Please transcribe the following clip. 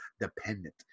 dependent